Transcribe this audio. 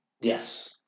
Yes